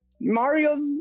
Mario's